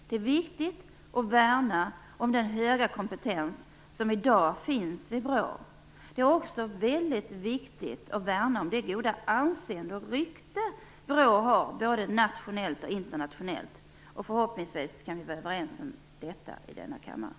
Det är viktigt att värna om den höga kompetens som i dag finns vid BRÅ. Det är också väldigt viktigt att värna om det goda anseende och rykte som BRÅ har både nationellt och internationellt. Förhoppningsvis kan vi i denna kammare vara överens om detta.